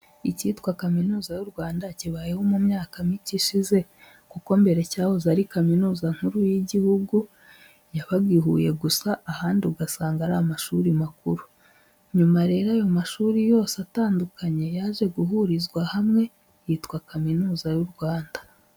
Icyitwa kaminuza y'u Rwanda kibayeho mu myaka mike ishize kuko mbere cyahoze ari kaminuza nkuru y'igihugu yabaga i Huye, gusa ahandi ugasanga ari amashuri makuru, nyuma rero ayo mashuri yose atandukanye yaje guhurizwa hamwe yitwa kaminuza y'u Rwanda.